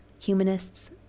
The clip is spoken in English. humanists